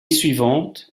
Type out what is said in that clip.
suivante